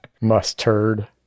mustard